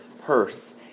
purse